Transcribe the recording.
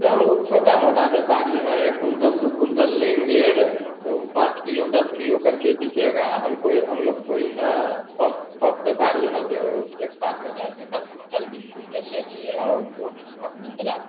ये हम लोग छोटा मोटा व्यापारी हैं एक कुंटल दो कुंटल लेंगे तो पाँच किलो दस किलो करके बिकेगा हम कोई हम लोग कोई ना सब सब व्यापारी हैं जो एक बार में जा कर दस कुंटल बीस कुंटल ले लिये और वह भी थोक में चला दिए